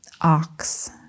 Ox